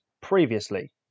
previously